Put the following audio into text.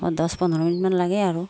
অঁ দহ পোন্ধৰ মিনিটমান লাগে আৰু